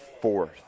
fourth